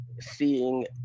seeing